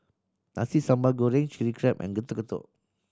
Nasi Sambal Goreng Chili Crab and Getuk Getuk